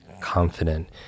confident